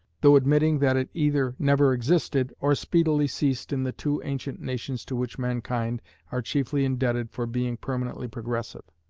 though admitting that it either never existed or speedily ceased in the two ancient nations to which mankind are chiefly indebted for being permanently progressive.